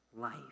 life